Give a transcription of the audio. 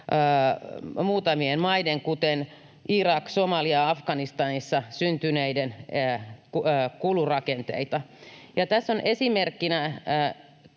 muutamissa maissa, kuten Irakissa, Somaliassa ja Afganistanissa, syntyneiden kulurakenteita. Tässä on esimerkkinä,